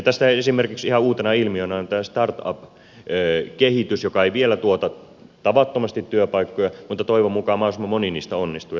tästähän esimerkiksi ihan uutena ilmiönä on tämä startup kehitys joka ei vielä tuota tavattomasti työpaikkoja mutta toivon mukaan mahdollisimman moni niistä onnistuu ja lähtee kehittymään